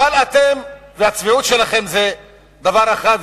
אבל אתם והצביעות שלכם זה דבר אחד,